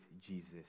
Jesus